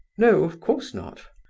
no of course not.